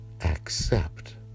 accept